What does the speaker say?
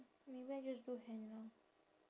maybe I just do henna